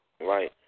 Right